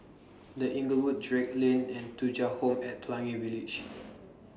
The Inglewood Drake Lane and Thuja Home At Pelangi Village